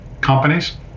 companies